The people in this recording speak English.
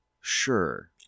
Sure